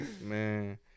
Man